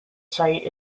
site